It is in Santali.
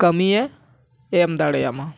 ᱠᱟᱹᱢᱤᱭᱮ ᱮᱢ ᱫᱟᱲᱮᱣᱟᱢᱟ